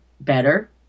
better